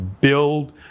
build